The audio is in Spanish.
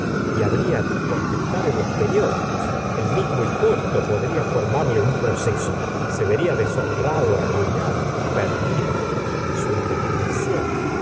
y habría que contestar en los periódicos el mismo hipólito podría formarle un proceso se vería deshonrado arruinado perdido y su imaginación